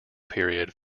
period